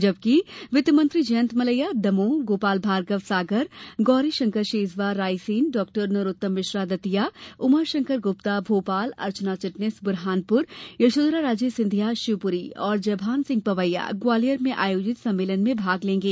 जबकि मंत्री जयंत मलैया दमोह गोपाल भार्गव सागर गोरीशंकर शेजवार रायसेन डॉ नरोत्तम मिश्र दतिया उमाशंकर गुप्ता भोपाल अर्चना चिटनिस बुरहानपुर यशोधराराजे सिंधिया शिवपुरी और जयभान सिंह पवैया ग्वालियर में आयोजित सम्मेलन में भाग लेंगे